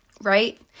Right